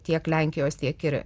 tiek lenkijos tiek ir